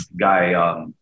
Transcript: guy